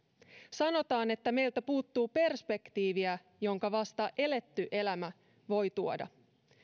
sanotaan että meiltä puuttuu perspektiiviä jonka vasta eletty elämä voi tuoda